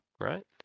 right